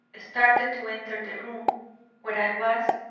started to enter the room where i was,